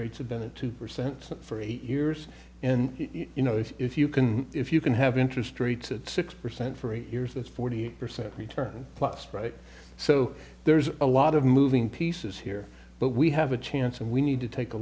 rates have been a two percent for eight years and you know if you can if you can have interest rates at six percent for eight years that's forty eight percent return plus right so there's a lot of moving pieces here but we have a chance and we need to take a